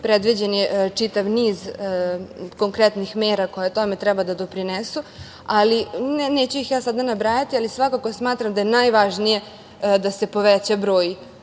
Predviđen je čitav niz konkretnih mera koje tome treba da doprinesu. Neću ih ja sada nabrajati, ali svakako smatram da je najvažnije da se poveća broj